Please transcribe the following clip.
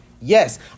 Yes